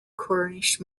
cornish